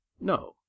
No